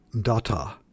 data